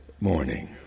morning